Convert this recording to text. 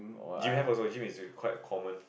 gym have also gym is with quite common